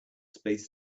space